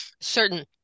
certain